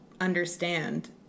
understand